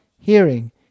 hearing